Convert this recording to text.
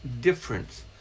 difference